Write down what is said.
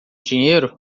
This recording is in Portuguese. dinheiro